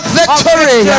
victory